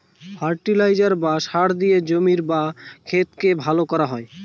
fertiliser বা সার দিয়ে জমির বা ক্ষেতকে ভালো করা হয়